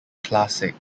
classic